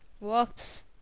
Whoops